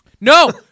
No